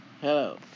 Hello